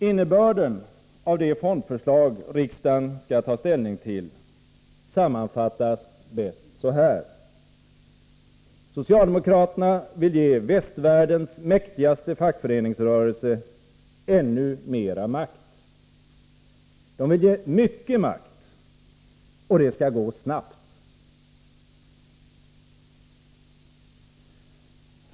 Innebörden av det fondförslag riksdagen skall ta ställning till sammanfattas bäst så här: Socialdemokraterna vill ge västvärldens mäktigaste fackföreningsrörelse ännu mera makt. De vill ge mycket makt. Och det skall gå snabbt!